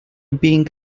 being